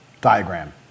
diagram